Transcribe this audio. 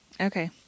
Okay